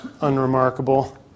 unremarkable